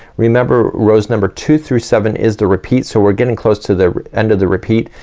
remember rows number two through seven is the repeat. so we're getting close to the end of the repeat.